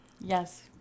Yes